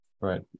Right